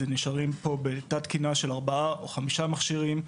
נשארים פה בתת תקינה של ארבעה או חמישה מכשירים.